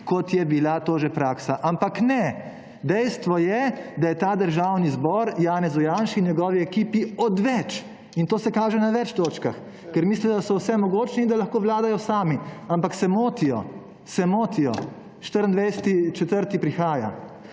kot je bila to že praksa, ampak ne. Dejstvo je, da je ta državni zboru Janezu Janši in njegovi ekipi odveč in to se kaže na več točkah, ker mislijo, da so vsemogočni in da lahko vladajo sami. Ampak se motijo, se motijo! 24. 4. prihaja.